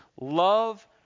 love